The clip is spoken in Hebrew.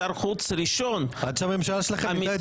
שר חוץ ראשון -- עד שהממשלה שלכם מינתה את